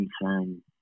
concern